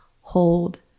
hold